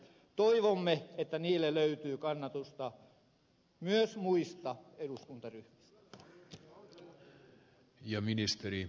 toivomme että niille löytyy kannatusta myös muista eduskuntaryhmistä